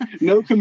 no